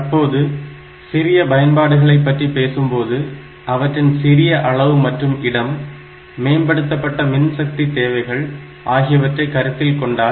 தற்போது சிறிய பயன்பாடுகளை பற்றி பேசும்போது அவற்றின் சிறிய அளவு மற்றும் இடம் மேம்படுத்தப்பட்ட மின்சக்தி தேவைகள் ஆகியவற்றை கருத்தில் கொண்டால்